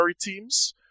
teams